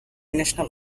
national